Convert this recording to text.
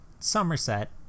somerset